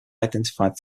identified